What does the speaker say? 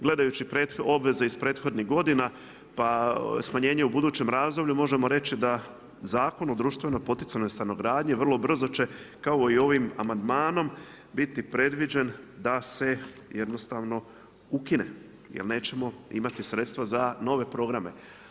Gledajući obveze iz prethodnih godina, pa smanjenje u budućem razdoblju možemo reći da Zakon o društveno poticajnoj stanogradnji vrlo brzo će kao i ovim amandmanom biti predviđen da se jednostavno ukine jer nećemo imati sredstva za nove programe.